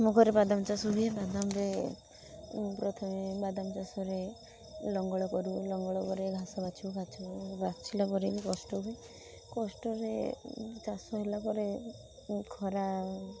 ମୋ ଘରେ ବାଦାମ ଚାଷ ହୁଏ ବାଦାମରେ ମୁଁ ପ୍ରଥମେ ବାଦାମ ଚାଷରେ ଲଙ୍ଗଳ କରୁ ଲଙ୍ଗଳ କରି ଘାସ ବାଛୁ ବାଛୁ ବାଛିଲା ପରେ ବି କଷ୍ଟ ହୁଏ କଷ୍ଟରେ ଚାଷ ହେଲାପରେ ଖରା